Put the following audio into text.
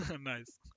nice